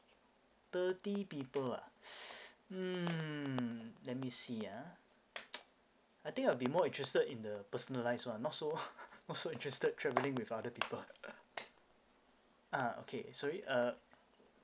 thirty people ah mm lemme see ya I think I'll be more interested in the personalized [one] not so not so interested traveling with other people ah okay sorry uh